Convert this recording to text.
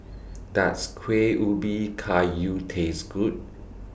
Does Kuih Ubi Kayu Taste Good